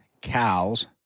cows